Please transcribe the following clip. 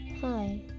Hi